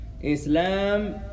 Islam